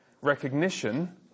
recognition